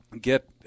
get